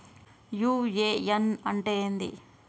UAN అంటే ఏంది?